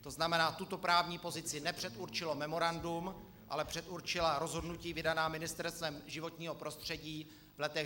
To znamená, tuto právní pozici nepředurčilo memorandum, ale předurčila rozhodnutí vydaná Ministerstvem životního prostředí v letech 2010 až 2017.